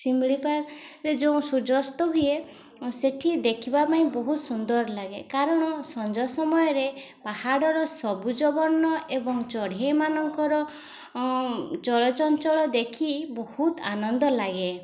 ଯୋଉଁ ସୂର୍ଯ୍ୟ ଅସ୍ତ ହୁଏ ସେଠି ଦେଖିବା ପାଇଁ ବହୁତ ସୁନ୍ଦର ଲାଗେ କାରଣ ସଞ୍ଜ ସମୟରେ ପାହାଡ଼ର ସବୁଜ ବର୍ଣ୍ଣ ଏବଂ ଚଢ଼େଇ ମାନଙ୍କର ଚଳଚଞ୍ଚଳ ଦେଖି ବହୁତ ଆନନ୍ଦ ଲାଗେ